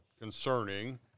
concerning